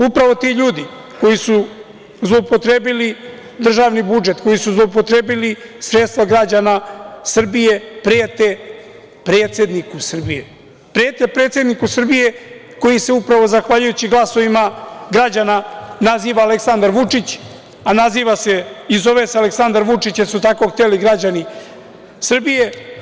Upravo ti ljudi koji su zloupotrebili državni budžet, koji su zloupotrebili sredstva građana Srbije prete predsedniku Srbije, koji se upravo zahvaljujući glasovima građana naziva Aleksandar Vučić, a naziva se i zove se Aleksandar Vučić jer su tako hteli građani Srbije.